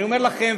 אני אומר לכם.